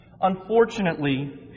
Unfortunately